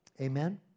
Amen